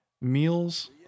meals